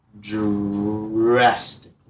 drastically